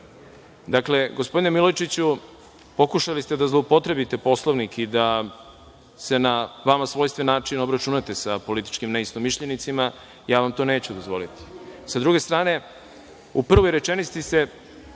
gospodine Milojičiću, pokušali ste da zloupotrebite Poslovnik i da se na vama svojstven način obračunate sa političkim neistomišljenicima. Ja vam to neću dozvoliti.S druge strane, u prvoj rečenici ste